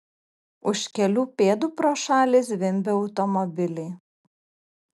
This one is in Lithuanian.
už kelių pėdų pro šalį zvimbė automobiliai